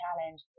challenge